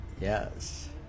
Yes